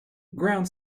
ground